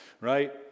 right